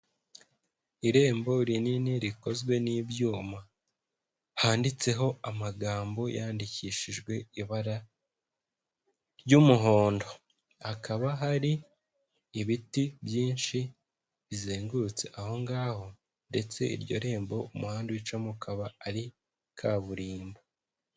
Irembo rinini rikozwe n'ibyuma, handitseho amagambo yandikishijwe ibara ry'umuhondo, hakaba hari ibiti byinshi bizengurutse aho ngaho ndetse iryo rembo umuhanda uricamo ukaba ari kaburimbo.